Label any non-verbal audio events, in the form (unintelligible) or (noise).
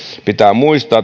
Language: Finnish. pitää muistaa (unintelligible)